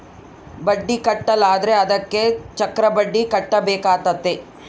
ಬಡ್ಡಿ ಕಟ್ಟಿಲ ಅಂದ್ರೆ ಅದಕ್ಕೆ ಚಕ್ರಬಡ್ಡಿ ಕಟ್ಟಬೇಕಾತತೆ